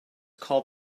called